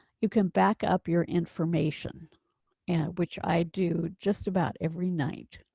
you can back up your information and which i do just about every night.